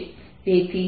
તેથી જો હું